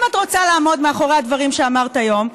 אם את רוצה לעמוד מאחורי הדברים שאמרת היום,